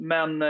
Men